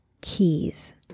keys